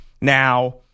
now